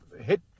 hit